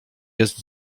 jest